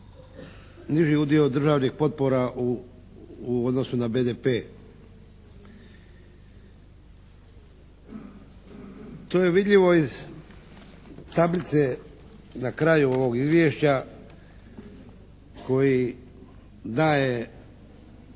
niži udio državnih potpora u odnosu na BDP. To je vidljivo iz tablice na kraju ovog izvješća koji daje